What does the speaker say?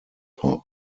hop